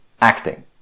acting